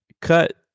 cut